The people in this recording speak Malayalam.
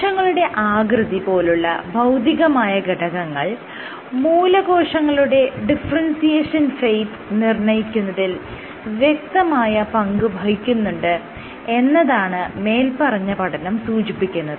കോശങ്ങളുടെ ആകൃതി പോലുള്ള ഭൌതികമായ ഘടകങ്ങൾ മൂലകോശങ്ങളുടെ ഡിഫറെൻസിയേഷൻ ഫേറ്റ് നിർണ്ണയിക്കുന്നതിൽ വ്യക്തമായ പങ്ക് വഹിക്കുന്നുണ്ട് എന്നതാണ് മേല്പറഞ്ഞ പഠനം സൂചിപ്പിക്കുന്നത്